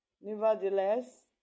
Nevertheless